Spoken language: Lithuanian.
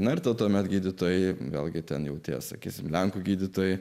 narto tuomet gydytojai vėlgi ten jautiesi akis lenkų gydytojai